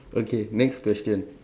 okay next question